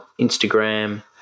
Instagram